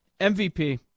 MVP